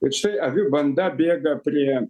ir štai avių banda bėga prie